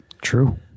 True